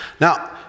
Now